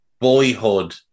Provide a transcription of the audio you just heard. boyhood